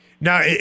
Now